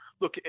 Look